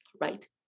right